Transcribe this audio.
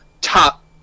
top